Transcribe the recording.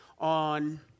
on